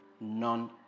None